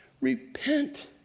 repent